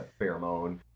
Pheromone